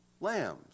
lambs